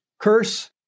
Curse